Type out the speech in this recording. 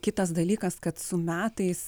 kitas dalykas kad su metais